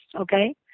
okay